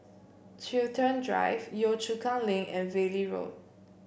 Chiltern Drive Yio Chu Kang Link and Valley Road